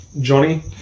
Johnny